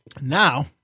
Now